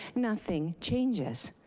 nothing changes.